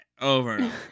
Over